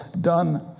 done